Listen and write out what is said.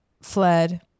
fled